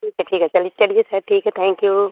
ठीक है ठीक है चलिए चलिए सर ठीक है थैंक यू